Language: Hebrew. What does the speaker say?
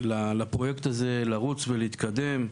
לפרויקט הזה לרוץ ולהתקדם,